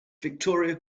victoria